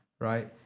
right